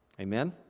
Amen